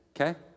okay